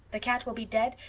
the cat will be dead,